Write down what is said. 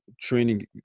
training